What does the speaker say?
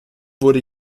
wurde